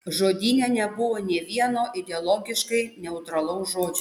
žodyne nebuvo nė vieno ideologiškai neutralaus žodžio